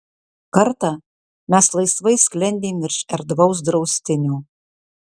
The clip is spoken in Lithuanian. kartą mes laisvai sklendėm virš erdvaus draustinio